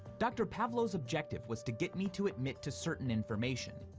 dr. pavlo's objective was to get me to admit to certain information,